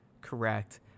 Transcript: Correct